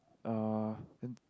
uh then